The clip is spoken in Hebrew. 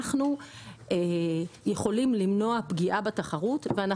אנחנו יכולים למנוע פגיעה בתחרות.